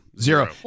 zero